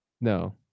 No